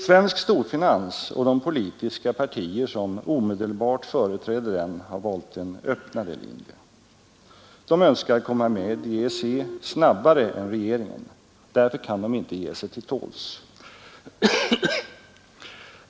Svensk storfinans och de politiska partier som omedelbart företräder den har valt en öppnare linje. De önskar komma med i EEC snabbare än regeringen. Därför kan de inte ge sig till tåls.